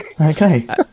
Okay